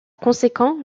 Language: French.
conséquent